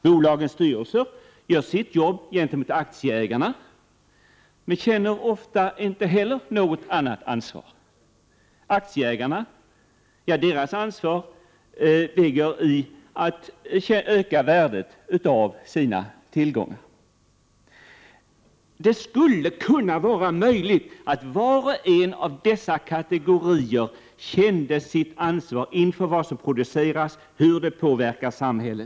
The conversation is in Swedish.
Bolagens styrelser gör sitt jobb gentemot aktieägarna, men de känner ofta inte heller något annat ansvar. Aktieägarnas intresse ligger i att öka värdet av sina tillgångar. Det skulle kunna vara möjligt att var och en av dessa kategorier kände sitt ansvar inför vad som produceras och hur det påverkar samhället.